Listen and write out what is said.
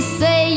say